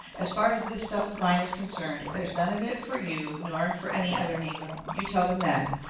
as far as this stuff of mine is concerned, there's none of it for you nor for any other negro. you tell them that.